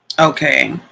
okay